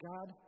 God